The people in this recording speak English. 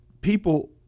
people